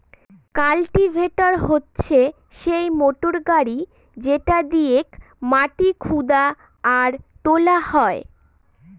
cultivator হচ্ছে সেই motor গাড়ি যেটা দিয়েক মাটি খুদা আর তোলা হয়